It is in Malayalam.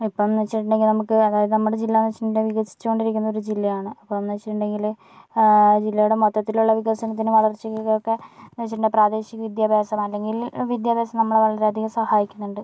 ഇപ്പം ഇന്ന് വെച്ചിട്ടുണ്ടെങ്കി നമുക്ക് അതായത് നമ്മുടെ ജില്ലാ എന്ന് വെച്ചിട്ടുണ്ടെങ്കി വികസിച്ചു കൊണ്ടിരിക്കുന്ന ഒരു ജില്ലയാണ് അപ്പോൾ എന്ന് വെച്ചിട്ടുണ്ടെങ്കിൽ ജില്ലയുടെ മൊത്തത്തിലുള്ള വികസനത്തിന് വളർച്ചയ്ക്ക് ഒക്കെ വെച്ചിട്ടുണ്ടെങ്കിൽ പ്രാദേശിക വിദ്യാഭ്യാസം അല്ലെങ്കിൽ വിദ്യാഭ്യാസം നമ്മളെ വളരെയധികം സഹായിക്കുന്നുണ്ട്